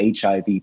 HIV